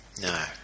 No